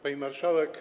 Pani Marszałek!